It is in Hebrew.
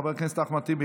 חבר הכנסת אחמד טיבי,